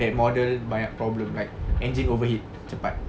that model banyak problem like engine overheat cepat